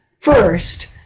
first